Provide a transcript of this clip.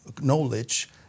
knowledge